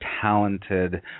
talented